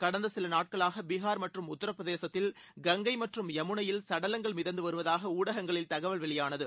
கடந்த சில நாட்களாக பீகார் மற்றும் உத்தரப்பிரதேசத்தில் கங்கை மற்றும் யமுனையில் சுடலங்கள் மிதந்து வருவதாக ஊடகங்களில் தகவல் வெளியானது